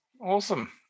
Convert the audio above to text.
Awesome